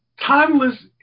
Timeless